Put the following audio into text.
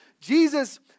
Jesus